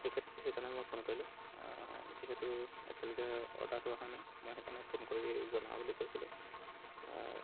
সেই সেইকাৰণে মই ফোন কৰিলোঁ যিহেতু এতিয়ালৈকে অৰ্ডাৰটো অহা নাই মই সেইকাৰণে ফোন কৰি জনাওঁ বুলি কৈছিলোঁ